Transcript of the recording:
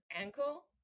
ankle